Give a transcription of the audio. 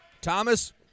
Thomas